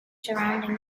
surrounding